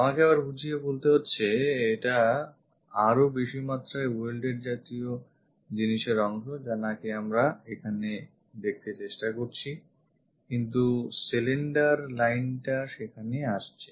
আমাকে আবার বুঝিয়ে বলতে হচ্ছে এটা আর ও বেশি মাত্রায় welded জাতীয় জিনিসের অংশ যা নাকি আমরা এখানে দেখতে চেষ্টা করছি কিন্তু cylinder line টা সেখানে আসছে